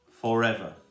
forever